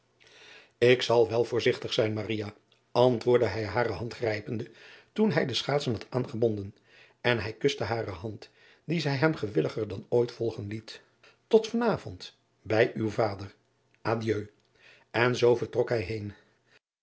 k zal wel voorzigtig zijn antwoordde hij hare hand grijpende toen hij de schaatsen had aangebonden en hij kuste hare hand die zij hem gewilliger dan ooit volgen liet ot van avond bij uw vader adieu en zoo trok hij